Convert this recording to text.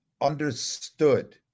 understood